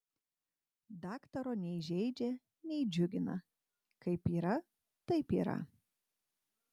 daktaro nei žeidžia nei džiugina kaip yra taip yra